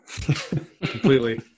Completely